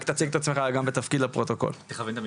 נעים מאוד,